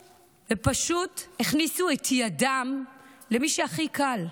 פשוט הכניסו אתי ידם למי שהכי קל.